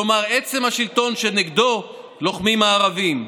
כלומר, עצם השלטון, שנגדו לוחמים הערבים.